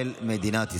(תיקון מס'